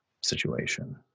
situation